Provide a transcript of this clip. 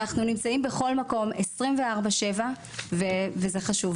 אנחנו נמצאים בכל מקום 24/7 וזה חשוב.